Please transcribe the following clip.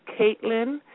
Caitlin